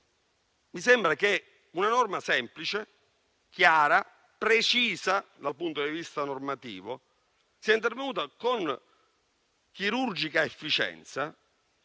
mi sembra che una norma semplice, chiara e precisa dal punto di vista legislativo sia intervenuta con chirurgica efficienza